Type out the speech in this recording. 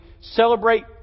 celebrate